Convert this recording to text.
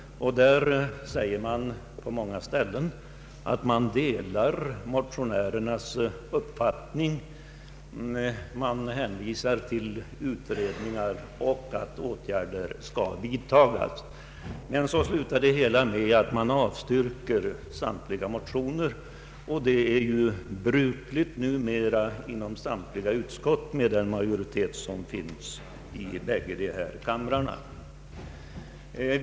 Där sägs på många ställen att utskottet delar motionärernas uppfattning att åtgärder bör vidtas, och det hänvisas till utredningar, men så slutar det hela med att utskottet avstyrker samtliga motioner. Detta är numera brukligt inom samtliga utskott med den majoritet som finns inom båda kamrarna.